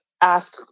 ask